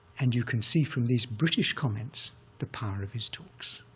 and you can see from these british comments the power of his talks.